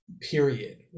period